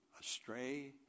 astray